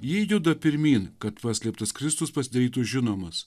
ji juda pirmyn kad paslėptas kristus pasidarytų žinomas